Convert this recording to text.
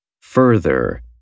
Further